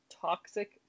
toxic